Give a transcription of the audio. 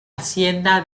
hacienda